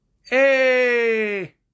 hey